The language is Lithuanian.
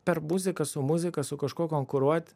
per muziką su muzika su kažkuo konkuruot